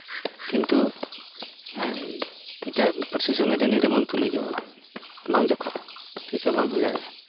ᱠᱤᱱᱛᱩ ᱮᱴᱟᱜ ᱯᱟᱹᱨᱥᱤ ᱥᱚᱸᱜᱮ ᱫᱚ ᱱᱤᱭᱟᱹ ᱫᱚ ᱵᱟᱝ ᱛᱩᱞᱩᱡᱚᱜᱼᱟ ᱵᱟᱝ ᱡᱚᱠᱷᱟᱜᱼᱟ ᱛᱤᱥ ᱦᱚᱸ ᱵᱟᱝ ᱦᱩᱭ ᱫᱟᱲᱮᱭᱟᱜᱼᱟ